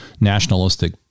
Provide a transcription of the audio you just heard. nationalistic